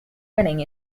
winning